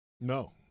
No